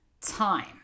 time